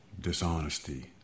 dishonesty